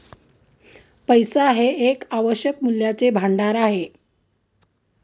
पैसा हे एक आवश्यक मूल्याचे भांडार आहे